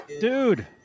dude